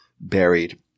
buried